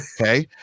okay